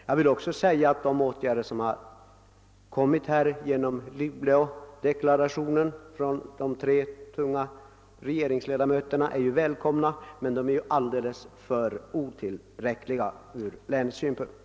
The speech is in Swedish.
Jag vill också säga att de åtgärder som utlovades i Luleådeklarationen av tre tunga regeringsledamöter är välkomna men alldeles otillräckliga från länets synpunkt.